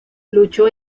luchó